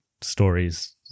stories